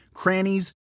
crannies